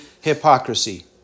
hypocrisy